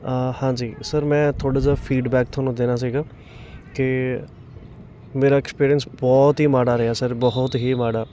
ਹਾਂਜੀ ਸਰ ਮੈਂ ਥੋੜ੍ਹਾ ਜਿਹਾ ਫੀਡਬੈਕ ਤੁਹਾਨੂੰ ਦੇਣਾ ਸੀਗਾ ਕਿ ਮੇਰਾ ਐਕਸਪੀਰੀਅੰਸ ਬਹੁਤ ਹੀ ਮਾੜਾ ਰਿਹਾ ਸਰ ਬਹੁਤ ਹੀ ਮਾੜਾ